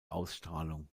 ausstrahlung